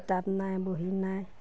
কিতাপ নাই বহি নাই